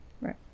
Right